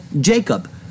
Jacob